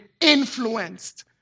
influenced